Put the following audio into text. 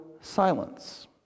silence